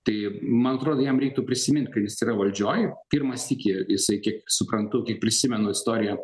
tai man atrodo jam reiktų prisimint kad jis yra valdžioj pirmą sykį jisai kiek suprantu kiek prisimenu istoriją